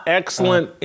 excellent